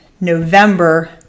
November